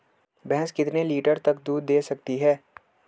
भैंस कितने लीटर तक दूध दे सकती है?